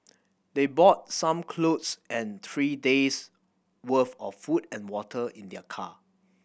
they brought some clothes and three days' worth of food and water in their car